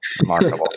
Remarkable